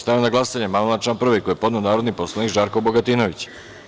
Stavljam na glasanje amandman na član 2. koji je podneo narodni poslanik Žarko Bogatinović.